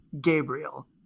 Gabriel